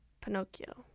pinocchio